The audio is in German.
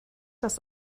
das